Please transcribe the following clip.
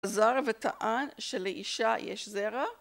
זר וטען שלאישה יש זרע?